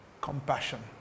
compassion